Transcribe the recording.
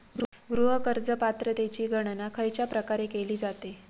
गृह कर्ज पात्रतेची गणना खयच्या प्रकारे केली जाते?